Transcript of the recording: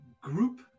group